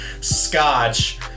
scotch